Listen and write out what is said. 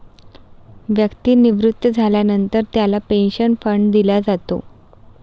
व्यक्ती निवृत्त झाल्यानंतर त्याला पेन्शन फंड दिला जातो